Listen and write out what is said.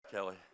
Kelly